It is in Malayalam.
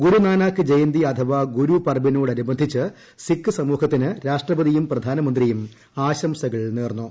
ഗുരുനാനാക്ക് ജയന്തി അഥവാ ഗുർപൂരാർബിനോട് അനുബന്ധിച്ച് സിഖ് സമൂഹത്തിന് രാഷ്ട്രപതിയും പ്രിക്ടാനമന്ത്രിയും ആശംസകൾ നേർന്നു